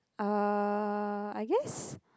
uh I guess